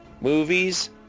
movies